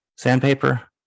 Sandpaper